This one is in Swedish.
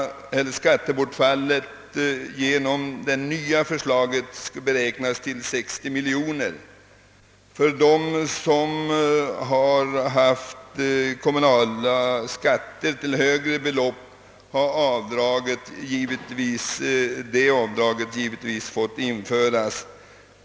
Det skattebortfall som det föreliggande förslaget skulle medföra beräknas till 60 miljoner kronor. De som haft högre kommunalskatt än 4 500 kronor får även i år dra av den verkliga kommunalskatten.